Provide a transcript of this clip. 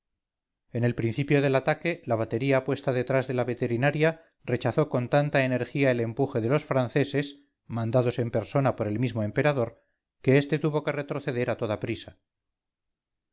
en el principio del ataque la batería puesta detrás de laveterinaria rechazó con tanta energía el empuje de los franceses mandados en persona por el mismo emperador que este tuvo que retroceder a toda prisa